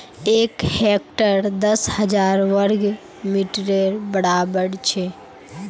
एक हेक्टर दस हजार वर्ग मिटरेर बड़ाबर छे